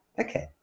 okay